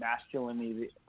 Masculinity